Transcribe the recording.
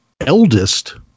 eldest